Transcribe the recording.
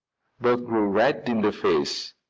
bert grew red in the face.